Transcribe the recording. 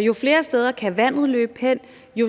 jo flere steder kan vandet løbe hen, jo